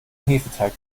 hefeteig